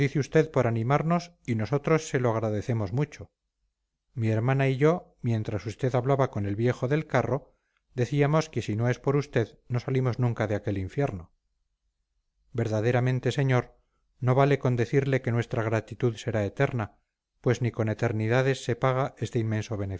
dice usted por animarnos y nosotros se lo agradecemos mucho mi hermana y yo mientras usted hablaba con el viejo del carro decíamos que si no es por usted no salimos nunca de aquel infierno verdaderamente señor no vale con decirle que nuestra gratitud será eterna pues ni con eternidades se paga este inmenso